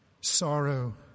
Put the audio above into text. Sorrow